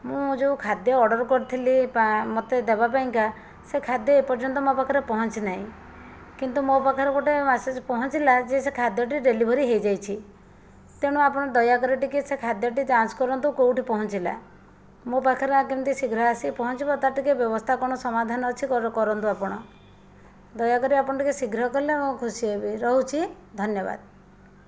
ମୁଁ ଯେଉଁ ଖାଦ୍ୟ ଅର୍ଡ଼ର କରିଥିଲି ମୋତେ ଦେବାପାଇଁକା ସେ ଖାଦ୍ୟ ଏପର୍ଯ୍ୟନ୍ତ ମୋ' ପାଖରେ ପହଞ୍ଚି ନାହିଁ କିନ୍ତୁ ମୋ' ପାଖରେ ଗୋଟିଏ ମେସେଜ୍ ପହଞ୍ଚିଲା ଯେ ସେ ଖାଦ୍ୟଟି ଡେଲିଭରି ହୋଇଯାଇଛି ତେଣୁ ଆପଣ ଦୟାକରି ଟିକିଏ ସେ ଖାଦ୍ୟଟି ଯାଞ୍ଚ କରନ୍ତୁ କେଉଁଠି ପହଞ୍ଚିଲା ମୋ' ପାଖରେ କେମିତି ଶୀଘ୍ର ଆସିକି ପହଞ୍ଚିବ ତା'ର ଟିକିଏ ବ୍ୟବସ୍ଥା କ'ଣ ସମାଧାନ ଅଛି କରନ୍ତୁ ଆପଣ ଦୟାକରି ଆପଣ ଟିକିଏ ଶୀଘ୍ର କଲେ ମୁଁ ଖୁସି ହେବି ରହୁଛି ଧନ୍ୟବାଦ